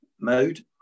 mode